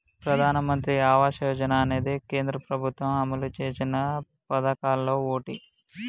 ప్రధానమంత్రి ఆవాస యోజన అనేది కేంద్ర ప్రభుత్వం అమలు చేసిన పదకాల్లో ఓటి